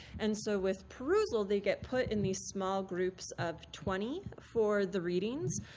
and so with perusal, they get put in these small groups of twenty for the readings.